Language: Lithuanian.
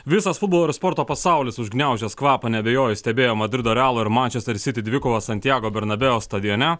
visas futbolo ir sporto pasaulis užgniaužęs kvapą neabejoju stebėjo madrido realo ir manchester city dvikova santjago bernabėjo stadione